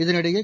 இதனிடையே